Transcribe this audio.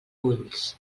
ulls